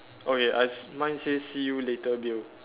okay I s~ mine says see you later Bill